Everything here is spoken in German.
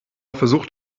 versucht